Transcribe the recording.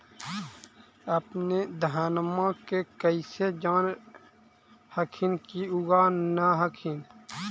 अपने धनमा के कैसे जान हखिन की उगा न हखिन?